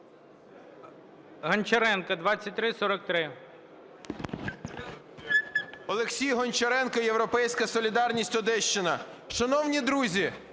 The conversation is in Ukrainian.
Олексій Гончаренко, "Європейська солідарність", Одещина. Шановні друзі,